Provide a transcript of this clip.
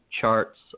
charts